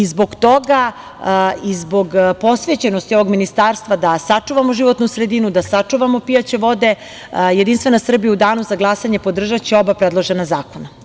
Zbog toga i zbog posvećenosti ovog Ministarstva da sačuvamo životnu sredinu, da sačuvamo pijaće vode JS u danu za glasanje podržaće oba predložena zakona.